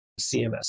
CMS